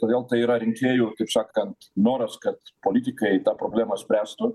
todėl tai yra rinkėjų taip sakant noras kad politikai tą problemą spręstų